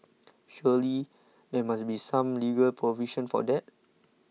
surely there must be some legal provision for that